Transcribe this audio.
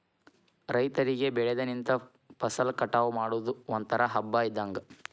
ರೈತರಿಗೆ ಬೆಳದ ನಿಂತ ಫಸಲ ಕಟಾವ ಮಾಡುದು ಒಂತರಾ ಹಬ್ಬಾ ಇದ್ದಂಗ